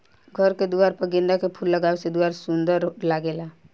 घर के दुआर पर गेंदा के फूल लगावे से दुआर सुंदर लागेला